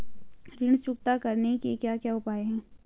ऋण चुकता करने के क्या क्या उपाय हैं?